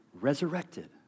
resurrected